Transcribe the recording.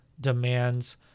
demands